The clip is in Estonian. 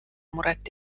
muret